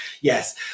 yes